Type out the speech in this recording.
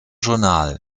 journal